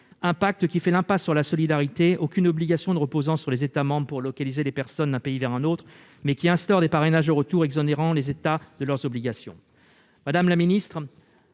Ce pacte fait l'impasse sur la solidarité, aucune obligation ne reposant sur les États membres pour relocaliser les personnes d'un pays vers un autre, mais instaure des parrainages au retour, exonérant les États de leurs obligations.